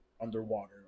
underwater